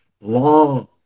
long